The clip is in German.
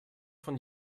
von